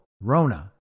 Rona